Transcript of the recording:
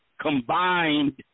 combined